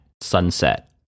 sunset